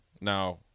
Now –